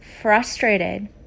frustrated